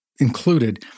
included